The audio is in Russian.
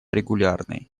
регулярной